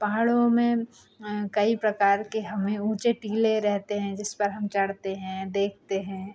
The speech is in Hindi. पहाड़ों में कई प्रकार के हमें ऊँचे टीले रहते हैं जिस पर हम चढ़ते हैं देखते हैं